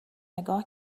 نگاه